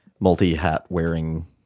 multi-hat-wearing